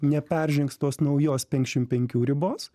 neperžengs tos naujos penkiasdešim penkių ribos